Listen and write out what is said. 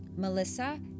melissa